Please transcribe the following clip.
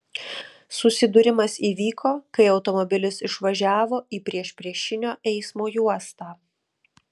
susidūrimas įvyko kai automobilis išvažiavo į priešpriešinio eismo juostą